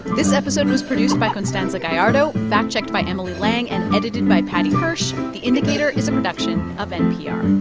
this episode was produced by constanza gallardo, fact-checked by emily lang and edited by paddy hirsch. the indicator is a production of npr